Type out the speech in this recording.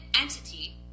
entity